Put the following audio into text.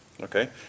Okay